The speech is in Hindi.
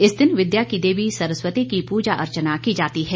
इस दिन विद्या की देवी सरस्वती की पूजा अर्चना की जाती है